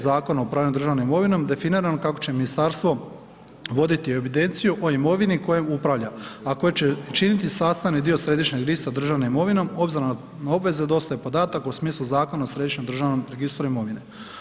Zakona o upravljanju državnom imovinom definirano kako će ministarstvo voditi evidenciju o imovini kojom upravlja a koji će činiti sastavni dio središnjeg ... državnom imovinom obzirom na obveze dostave podataka u smislu Zakona o središnjem državom registru imovine.